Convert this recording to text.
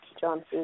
John